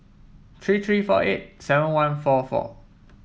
three three four eight seven one four four